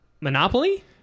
Monopoly